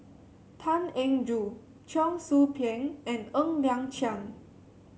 Tan Eng Joo Cheong Soo Pieng and Ng Liang Chiang